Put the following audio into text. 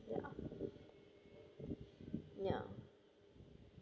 ya ya